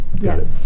Yes